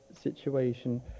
situation